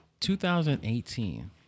2018